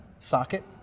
Socket